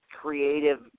creative